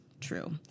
True